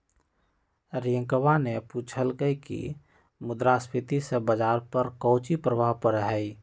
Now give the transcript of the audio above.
रियंकवा ने पूछल कई की मुद्रास्फीति से बाजार पर काउची प्रभाव पड़ा हई?